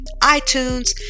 itunes